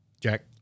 Jack